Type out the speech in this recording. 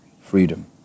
Freedom